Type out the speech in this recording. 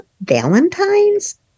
Valentines